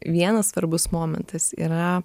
vienas svarbus momentas yra